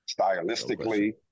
stylistically